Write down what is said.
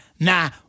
Nah